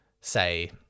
say